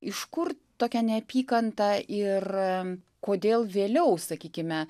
iš kur tokia neapykanta ir kodėl vėliau sakykime